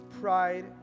pride